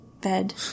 Bed